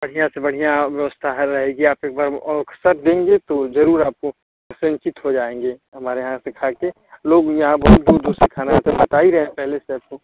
बढ़िया से बढ़िया व्यवस्था है रहेगी आप एक बार औ अवसर देंगी तो जरूर आपको प्रसन्नचित्त हो जाएँगी हमारे यहाँ से खा कर लोग यहाँ बहुत दूर दूर से खाने पता ही रहे पहले से आपको